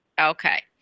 okay